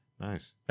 Nice